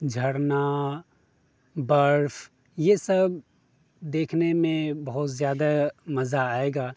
جھرنا برف یہ سب دیکھنے میں بہت زیادہ مزہ آئے گا